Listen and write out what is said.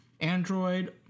Android